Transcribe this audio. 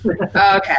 Okay